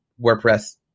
WordPress